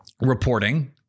Reporting